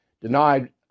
denied